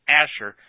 Asher